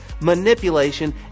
manipulation